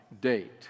date